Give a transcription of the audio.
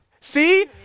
See